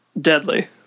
deadly